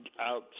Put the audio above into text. out